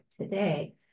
today